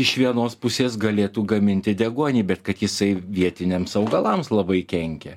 iš vienos pusės galėtų gaminti deguonį bet kad jisai vietiniams augalams labai kenkia